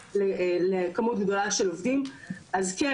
אז כן הסתייענו במשרד החוץ,